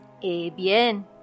bien